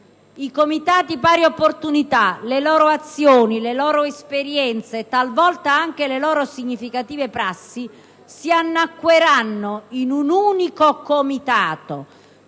I comitati per le pari opportunità, le loro azioni, le loro esperienze e talvolta anche le loro significative prassi si annacqueranno in un unico comitato,